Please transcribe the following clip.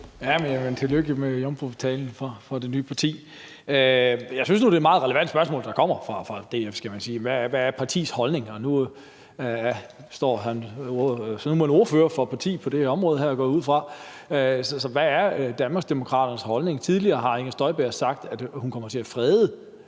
ønske tillykke med jomfrutalen for det nye parti. Jeg synes nu, det er et meget relevant spørgsmål, der kommer fra DF om, hvad partiets holdning er. Nu er man ordfører for partiet på det område her, går jeg ud fra, så hvad er Danmarksdemokraternes holdning? Tidligere har Inger Støjberg sagt, at hun kommer til at frede